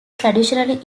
traditionally